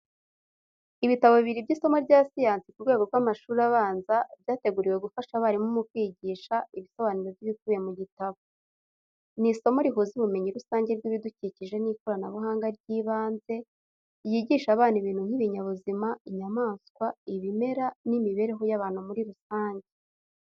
Ibitabo bibiri by’isomo rya siyansi ku rwego rw'amashuri abanza, byateguriwe gufasha abarimu mu kwigisha. Ibisobanuro by’ibikubiye mu gitabo. Ni isomo rihuza ubumenyi rusange bw’ibidukikije n’ikoranabuhanga ry’ibanze, ryigisha abana ibintu nk’ibinyabuzima, inyamaswa, ibimera, n'imibereho y’abantu muri rusange.